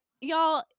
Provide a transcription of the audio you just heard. y'all